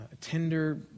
tender